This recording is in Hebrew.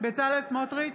בצלאל סמוטריץ'